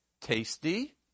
Tasty